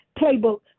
playbook